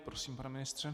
Prosím, pane ministře.